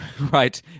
Right